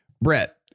Brett